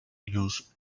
use